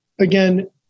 again